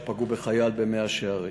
שפגעו בחייל במאה-שערים: